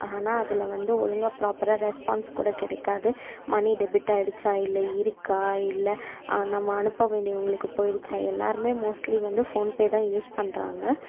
ஆனால் அதில் வந்து ஒழுங்காக ப்ராப்பராக ரெஸ்பான்ஸ் கூட கிடைக்காது மனி டெபிட் ஆயிடுச்சா இல்லை இருக்கா இல்லை நம்ம அனுப்ப வேண்டியவங்களுக்கு போயிடுச்சா எல்லாரும் மோஸ்ட்லி வந்து ஃபோன்பே தான் யூஸ் பண்ணுறாங்க